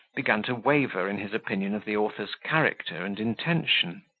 began to waver in his opinion of the author's character and intention.